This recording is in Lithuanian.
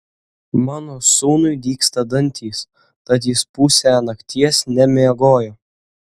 mano sūnui dygsta dantys tad jis pusę nakties nemiegojo